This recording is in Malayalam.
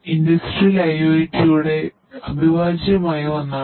വ്യത്യസ്ത കേസുകളിൽ ഞാൻ എടുത്ത് പറഞ്ഞ കാര്യങ്ങൾ ഓർക്കുക